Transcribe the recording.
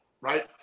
right